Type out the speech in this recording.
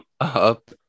up